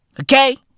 Okay